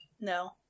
No